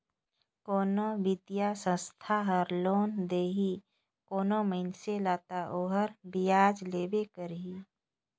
कोनो बित्तीय संस्था हर लोन देही कोनो मइनसे ल ता ओहर बियाज लेबे करही